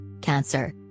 Cancer